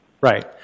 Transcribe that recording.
Right